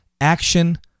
action